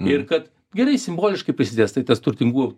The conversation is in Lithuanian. ir kad gerai simboliškai prisidės tai tas turtingų